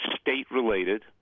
state-related